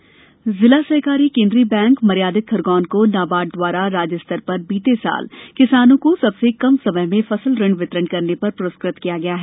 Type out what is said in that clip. bank प्रस्कृत जिला सहकारी केंद्रीय बैंक मर्यादित खरगोन को नाबार्ड दवारा राज्य स्तर पर बीते साल किसानों को सबसे कम समय में फसल ऋण वितरण करने पर प्रस्कृत किया है